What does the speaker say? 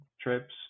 trips